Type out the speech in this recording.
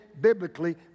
biblically